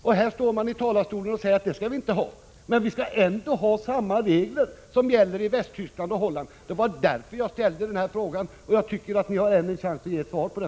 Nu står reservanterna i talarstolen och säger att vi inte skall ha statliga subventioner, men vi skall ändå ha samma regler som man har i Västtyskland och Holland. Det var därför jag ställde denna fråga, och ni har fortfarande möjlighet att svara på den.